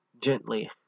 gently